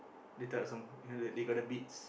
that type of song ya they they got the beats